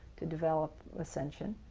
to develop ascension,